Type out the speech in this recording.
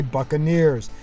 Buccaneers